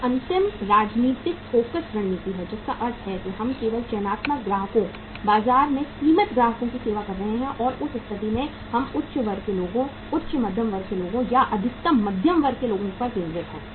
और अंतिम रणनीति फोकस रणनीति है जिसका अर्थ है कि हम केवल चयनात्मक ग्राहकों बाजार में सीमित ग्राहकों की सेवा कर रहे हैं और उस स्थिति में हम उच्च वर्ग के लोगों उच्च मध्यम वर्ग के लोगों या अधिकतम मध्यम वर्ग के लोगों पर केंद्रित हैं